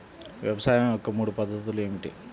వ్యవసాయం యొక్క మూడు పద్ధతులు ఏమిటి?